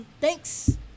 Thanks